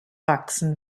wachsen